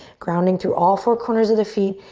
grounding through all four corners of the feet.